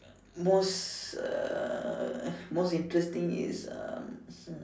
most uh most interesting is uh hmm